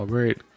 Great